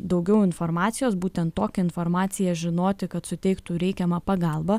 daugiau informacijos būtent tokią informaciją žinoti kad suteiktų reikiamą pagalbą